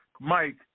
Mike